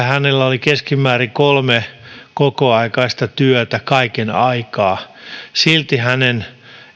hänellä oli keskimäärin kolme kokoaikaista työtä kaiken aikaa silti hänen